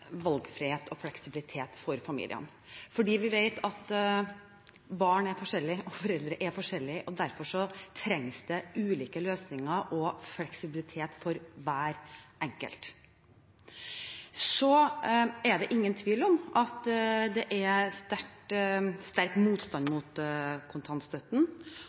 valgfrihet og fleksibilitet for familiene, for vi vet at barn er forskjellige og foreldre er forskjellige, og derfor trengs det ulike løsninger og fleksibilitet for hver enkelt. Det er ingen tvil om at det er sterk motstand mot kontantstøtten.